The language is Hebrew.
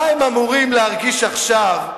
מה הם אמורים להרגיש עכשיו,